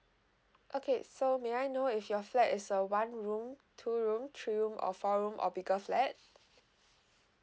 okay so may I know if your flat is a one room two room three room or four room or bigger flat